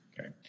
Okay